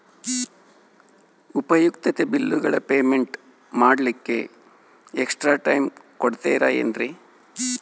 ಉಪಯುಕ್ತತೆ ಬಿಲ್ಲುಗಳ ಪೇಮೆಂಟ್ ಮಾಡ್ಲಿಕ್ಕೆ ಎಕ್ಸ್ಟ್ರಾ ಟೈಮ್ ಕೊಡ್ತೇರಾ ಏನ್ರಿ?